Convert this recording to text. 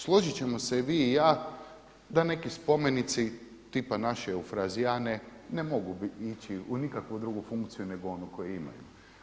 Složiti ćemo se i vi i ja da neki spomenici tipa naše Eufrazijane ne mogu ići u nikakvu drugu funkciju nego onu koju imaju.